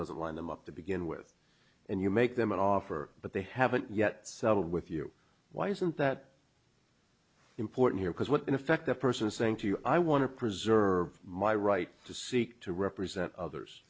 doesn't wind them up to begin with and you make them an offer but they haven't yet settled with you why isn't that important here because what in effect a person saying to you i want to preserve my right to seek to represent others